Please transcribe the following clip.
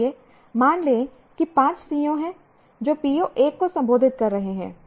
आइए मान लें कि 5 CO हैं जो PO 1 को संबोधित कर रहे हैं